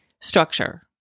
structure